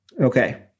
okay